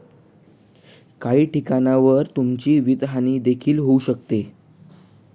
काही ठिकाणांवर तुमची वित्तहानी देखील होऊ शकते